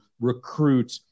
recruit